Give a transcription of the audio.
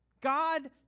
God